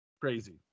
Crazy